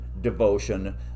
devotion